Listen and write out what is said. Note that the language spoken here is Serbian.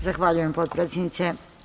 Zahvaljujem potpredsednice.